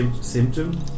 symptom